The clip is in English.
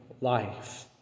life